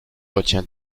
retiens